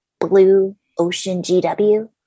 BlueOceanGW